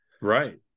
right